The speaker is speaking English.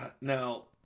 Now